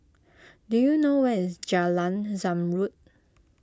do you know where is Jalan Zamrud